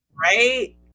right